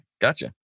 Gotcha